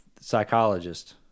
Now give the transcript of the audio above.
psychologist